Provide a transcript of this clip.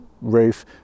roof